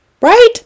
Right